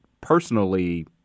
personally